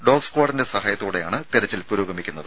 dog സ്ക്വാഡിന്റെ സഹായത്തോടെയാണ് തെരച്ചിൽ പുരോഗമിക്കുന്നത്